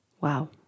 Wow